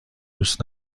دوست